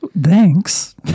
Thanks